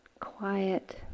quiet